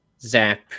Zap